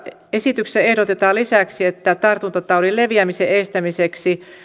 esityksessä ehdotetaan lisäksi että tartuntataudin leviämisen estämiseksi